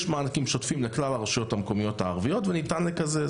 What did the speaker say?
יש מענקים שוטפים לכלל הרשויות המקומיות הערביות וניתן לקזז,